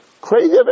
Crazy